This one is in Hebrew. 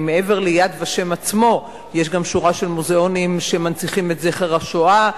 מעבר ל"יד ושם" עצמו יש גם שורה של מוזיאונים שמנציחים את זכר השואה,